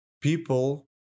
people